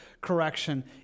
correction